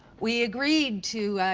we agreed to, ah,